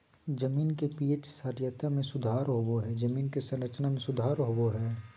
जमीन के पी.एच क्षारीयता में सुधार होबो हइ जमीन के संरचना में सुधार होबो हइ